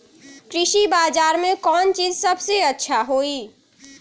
कृषि बजार में कौन चीज सबसे अच्छा होई?